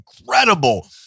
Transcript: incredible